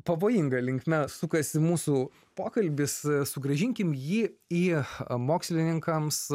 pavojinga linkme sukasi mūsų pokalbis sugrąžinkim jį į mokslininkams